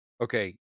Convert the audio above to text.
Okay